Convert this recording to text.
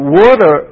water